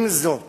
עם זאת